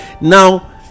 Now